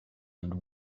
and